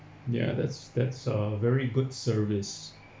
ya that's that's a very good service